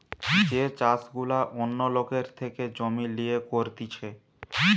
যে চাষ গুলা অন্য লোকের থেকে জমি লিয়ে করতিছে